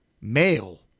male